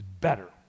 better